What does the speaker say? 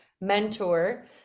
mentor